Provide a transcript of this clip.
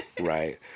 right